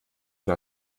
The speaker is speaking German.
war